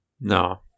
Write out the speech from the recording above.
No